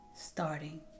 starting